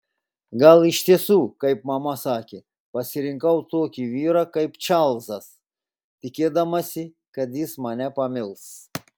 gal iš tiesų kaip mama sakė pasirinkau tokį vyrą kaip čarlzas tikėdamasi kad jis mane pamils